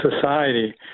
society